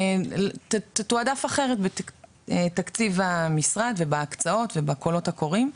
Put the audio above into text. תתועדף אחרת בתקציב המשרד ובהקצאות ובקולות הקוראים,